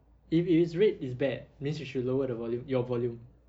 if it is red it's bad means you should lower the volume your volume